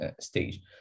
stage